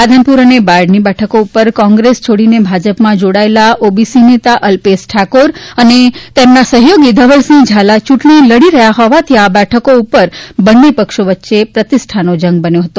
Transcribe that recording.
રાધનપુર અને બાયડની બેઠકો ઉપર કોંગ્રેસ છોડીને ભાજપમાં જોડાયેલા ઓબીસી નેતા અલ્પેશ ઠાકોર અને તેમના સહયોગી ધવલસિંહ ઝાલા યૂંટણી લડી રહ્યા હોવાથી આ બેઠકો ઉપર બંને પક્ષો વચ્ચે પ્રતિષ્ઠાનો જંગ બન્યો હતો